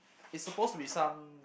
it's supposed to be some